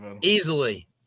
easily